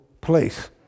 place